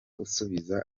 usubiza